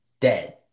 Dead